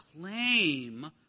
claim